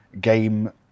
game